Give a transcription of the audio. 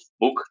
book